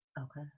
Okay